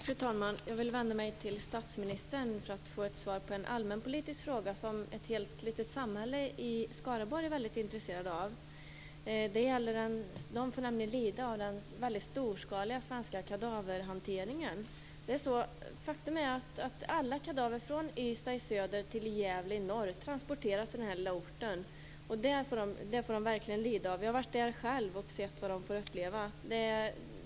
Fru talman! Jag vill vända mig till statsministern för att få ett svar på en allmänpolitisk fråga, som ett helt litet samhälle i Skaraborg är mycket intresserat av. De får nämligen lida av den storskaliga svenska kadaverhanteringen. Faktum är att alla kadaver från Ystad i söder till Gävle i norr transporteras till denna lilla ort. De får verkligen lida av detta. Jag har själv varit där och sett vad de får uppleva.